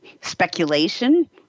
speculation